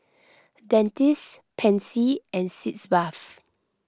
Dentiste Pansy and Sitz Bath